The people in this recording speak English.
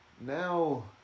Now